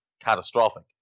catastrophic